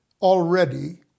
already